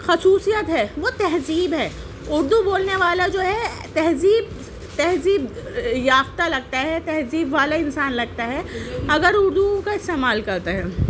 خصوصیت ہے وہ تہذیب ہے اردو بولنے والا جو ہے تہذیب تہذیب یافتہ لگتا ہے تہذیب والا انسان لگتا ہے اگر اردو کا استعمال کرتا ہے